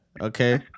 okay